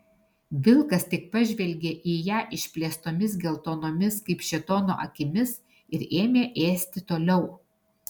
vilkas tik pažvelgė į ją išplėstomis geltonomis kaip šėtono akimis ir ėmė ėsti toliau